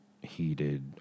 heated